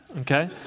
okay